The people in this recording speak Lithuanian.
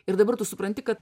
ir dabar tu supranti kad